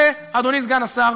אדוני סגן השר,